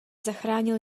zachránil